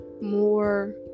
more